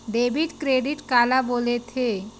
Debit credit काला बोल थे?